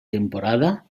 temporada